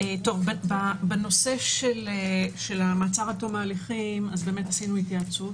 בנושא של המעצר עד תום ההליכים עשינו התייעצות,